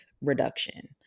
reduction